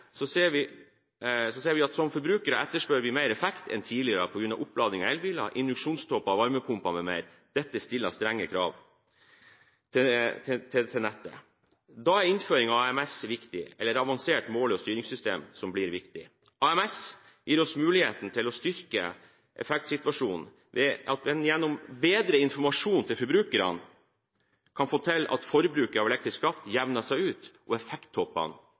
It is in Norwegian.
ser vi at vi som forbrukere etterspør mer effekt enn tidligere på grunn av opplading av elbiler, induksjonsovner, varmepumper m.m. Dette stiller strenge krav til nettet. Da er innføring av AMS, eller Avanserte Måle- og Styringssystemer, viktig, AMS gir oss muligheten til å styrke effektsituasjonen ved at en gjennom bedre informasjon til forbrukerne kan få til at forbruket av elektrisk kraft jevner seg ut, og at effekttoppene